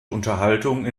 unterhaltung